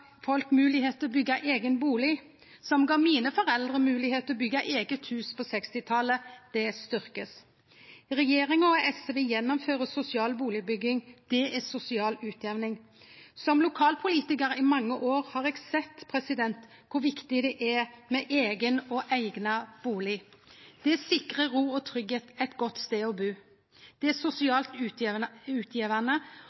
folk moglegheit til å byggje eigen bustad – som gav mine foreldre moglegheit til å byggje eige hus på 1960-talet – skal styrkjast. Regjeringa og SV innfører sosial bustadbygging igjen. Det er sosial utjamning. Som lokalpolitikar i mange år har eg sett kor viktig det er med eigen og eigna bustad. Det sikrar ro og tryggheit – ein god stad å bu. Det